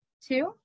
Two